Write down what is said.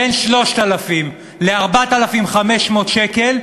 בין 3,000 ל-4,500 שקל,